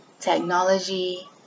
technology